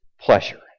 pleasure